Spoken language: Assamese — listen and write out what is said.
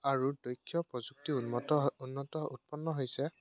আৰু দক্ষ প্ৰযুক্তি উন্নত উন্নত উৎপন্ন হৈছে